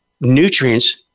nutrients